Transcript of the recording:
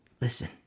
listen